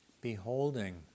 beholding